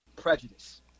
Prejudice